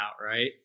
right